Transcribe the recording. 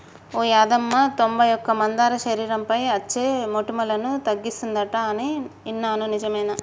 ఓ యాదమ్మ తొంబై ఒక్క మందార శరీరంపై అచ్చే మోటుములను తగ్గిస్తుందంట అని ఇన్నాను నిజమేనా